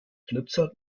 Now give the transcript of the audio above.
glitzert